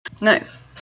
Nice